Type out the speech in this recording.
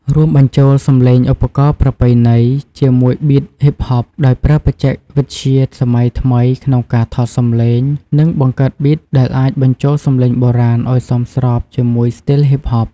រួមបញ្ចូលសម្លេងឧបករណ៍ប្រពៃណី ជាមួយប៊ីតហ៊ីបហប ដោយប្រើបច្ចេកវិទ្យាសម័យថ្មីក្នុងការថតសម្លេង និងបង្កើតប៊ីត ដែលអាចបញ្ចូលសម្លេងបុរាណឲ្យសមស្របជាមួយ ស្ទីលហ៊ីបហប។